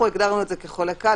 אנחנו הגדרנו את זה כחולה קל.